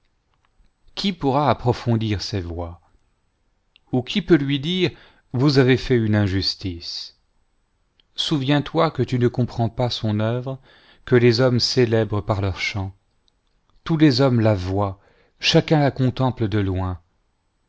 qui pomta approfondir ses voies ou qui peut lui dire vous avaz avt une injustice souviens-toi que tu ne comprends pas son oeuvre que les hommes célèbrent par leurs chants tous les hommes la voient chacun la contemple de loin